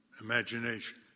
Imagination